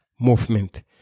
Movement